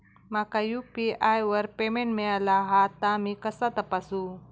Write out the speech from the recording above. माका यू.पी.आय वर पेमेंट मिळाला हा ता मी कसा तपासू?